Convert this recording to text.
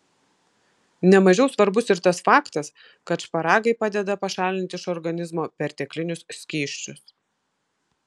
ne mažiau svarbus ir tas faktas kad šparagai padeda pašalinti iš organizmo perteklinius skysčius